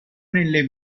nelle